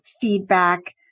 feedback